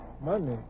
money